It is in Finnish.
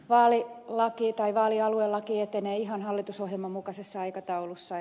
vaalilaki tai vaalialuelaki etenee ihan hallitusohjelman mukaisessa aikataulussa